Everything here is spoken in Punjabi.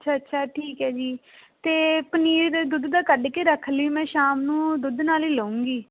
ਅੱਛਾ ਅੱਛਾ ਠੀਕ ਹੈ ਜੀ ਅਤੇ ਪਨੀਰ ਦੇ ਦੁੱਧ ਦਾ ਕੱਢ ਕੇ ਰੱਖ ਲਈ ਮੈਂ ਸ਼ਾਮ ਨੂੰ ਦੁੱਧ ਨਾਲ ਹੀ ਲਊਂਗੀ